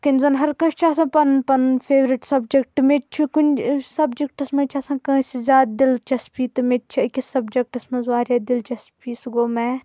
یِتھ کَنۍ زَن ہر کانٛہہ چھِ آسان پَنُن پَنُن فیورِٹ سَبجَکٹ مےٚ تہِ چھُ کُنہِ سَبجَکٹَس منٛز چھِ آسان کٲنٛسہِ زیادٕ دِلچَسپی تہٕ مےٚ تہِ چھِ أکِس سَبجَکٹَس منٛز واریاہ دِلچَسپی سُہ گوٚو میتھ